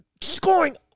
scoring